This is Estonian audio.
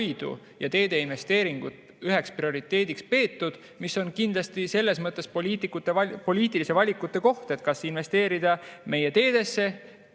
ja ‑investeeringuid üheks prioriteediks peetud. See on kindlasti selles mõttes poliitiliste valikute koht, kas investeerida meie teedesse,